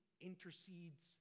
intercedes